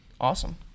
Awesome